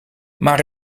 maar